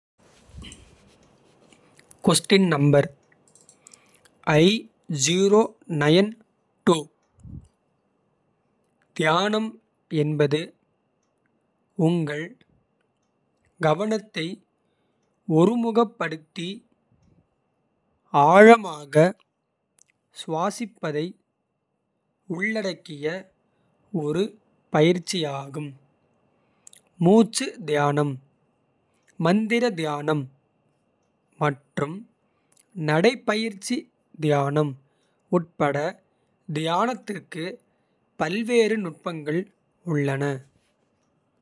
தியானம் என்பது உங்கள் கவனத்தை ஒருமுகப்படுத்தி. ஆழமாக சுவாசிப்பதை உள்ளடக்கிய ஒரு பயிற்சியாகும். மூச்சு தியானம் மந்திர தியானம் மற்றும் நடைபயிற்சி. தியானம் உட்பட தியானத்திற்கு பல்வேறு நுட்பங்கள் உள்ளன.